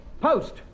post